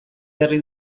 jarri